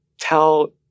tell